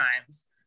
times